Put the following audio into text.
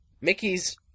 Mickey's